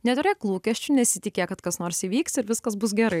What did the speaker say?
neturėk lūkesčių nesitikėk kad kas nors įvyks ir viskas bus gerai